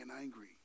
angry